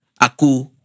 Aku